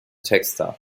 texter